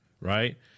right